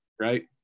right